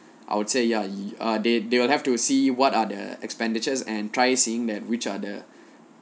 I would say ya ah they they will have to see what are the expenditures and try seeing that which are the